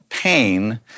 pain